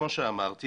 כמו שאמרתי,